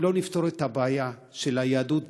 אם לא נפתור את הבעיה של היהדות בתפוצות,